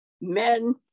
men